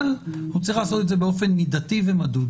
אבל הוא צריך לעשות את זה באופן מידתי ומדוד.